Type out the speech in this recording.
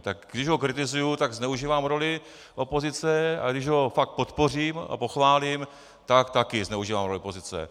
Tak když ho kritizuji, tak zneužívám roli opozice, a když ho fakt podpořím a pochválím, tak taky zneužívám roli opozice.